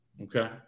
Okay